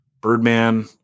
Birdman